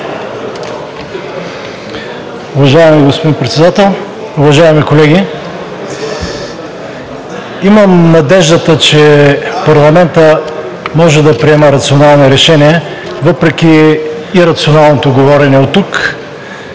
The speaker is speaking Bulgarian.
Уважаеми господин Председател, уважаеми колеги! Имам надеждата, че парламентът може да приема рационални решения въпреки ирационалното говорене оттук.